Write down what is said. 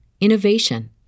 innovation